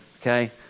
Okay